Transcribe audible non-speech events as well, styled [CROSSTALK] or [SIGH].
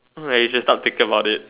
[NOISE] you should start thinking about it